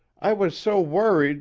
i was so worried